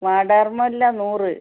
വാടാർ മുല്ല നൂറ്